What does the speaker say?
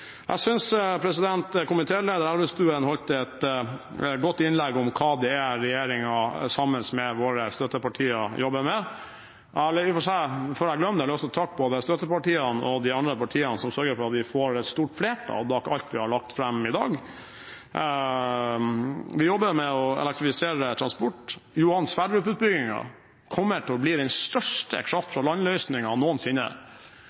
Jeg synes komitéleder Elvestuen holdt et godt innlegg om hva regjeringen sammen med våre støttepartier jobber med. Jeg har også, før jeg glemmer det, lyst til å takke både støttepartiene og de andre partiene som sørger for at vi får et stort flertall bak alt vi har lagt fram i dag. Vi jobber med å elektrifisere transport. Johan Sverdrup-utbyggingen kommer til å bli den største kraft-fra-land-løsningen noensinne.